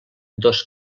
dos